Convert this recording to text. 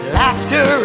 laughter